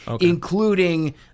including